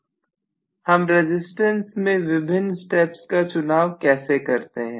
विद्यार्थी हम रजिस्टेंस के विभिन्न स्टेप्स का चुनाव कैसे करते हैं